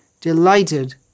delighted